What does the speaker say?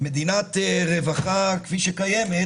מדינת רווחה כפי שקיימת